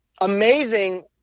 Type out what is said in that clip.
amazing